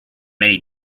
many